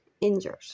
injured